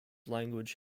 language